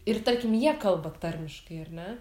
ir tarkim jie kalba tarmiškai ar ne